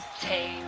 Take